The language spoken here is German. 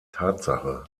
tatsache